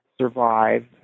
survive